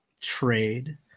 trade